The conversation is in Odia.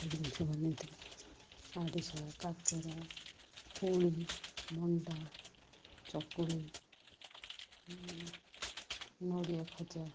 ଜିନିଷ ବନେଇ ଥାଉ ଆରିଶା କାକରା ପୁଳି ମଣ୍ଡା ଚକୁଳି ନଡ଼ିଆ ଖଜା